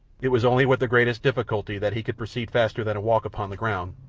it was only with the greatest difficulty that he could proceed faster than a walk upon the ground,